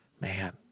Man